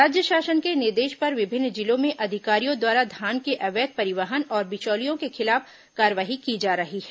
राज्य शासन के निर्देश पर विभिन्न जिलों में अधिकारियों द्वारा धान के अवैध परिवहन और बिचौलियों के खिलाफ कार्रवाई की जा रही है